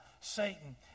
Satan